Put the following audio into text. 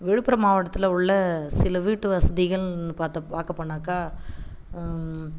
விழுப்புரம் மாவட்டத்தில் உள்ள சில வீட்டு வசதிகள்ன்னு பார்த்த பார்க்கப் போனாக்கா